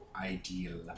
ideal